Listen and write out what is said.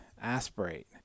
aspirate